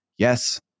Yes